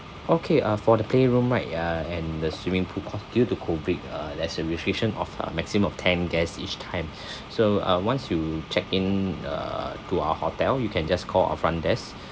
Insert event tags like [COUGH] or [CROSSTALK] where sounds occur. okay uh for the playroom right uh and the swimming pool cause due to COVID uh there's a restriction of a maximum of ten guests each time [BREATH] so uh once you check in uh to our hotel you can just call our front desk [BREATH]